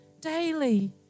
daily